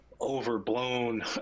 overblown